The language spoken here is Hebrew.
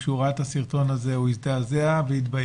כשהוא ראה את הסרטון הזה הוא הזדעזע והתבייש